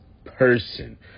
person